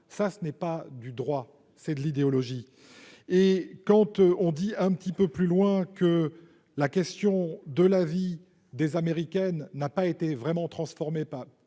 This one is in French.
ça ce n'est pas du droit, c'est de l'idéologie et quand on dit un petit peu plus loin que la question de la vie des américaine n'a pas été vraiment transformé pas